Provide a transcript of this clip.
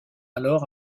alors